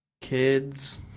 Kids